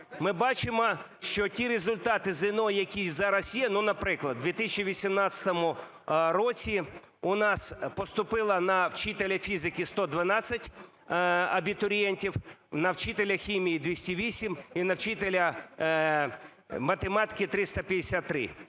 Ми бачимо, що ті результати ЗНО, які зараз є, ну, наприклад, в 2018 році у нас поступило на вчителя фізики 112 абітурієнтів, на вчителя хімії – 208 і на вчителя математики – 353.